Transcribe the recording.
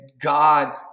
God